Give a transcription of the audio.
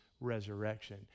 resurrection